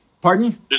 Pardon